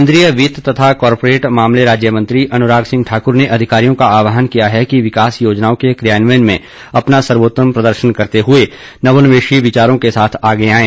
केन्द्रीय वित्त तथा कॉर्पोरेट मामले राज्य मंत्री अनुराग सिंह ठाकुर ने अधिकारियों का आहवान किया है कि विकास योजनाओं के क्रियान्वयन में अपना सर्वोत्तम प्रदर्शन करते हुए नवोन्मेषी विचारों के साथ आगे आएं